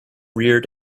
reared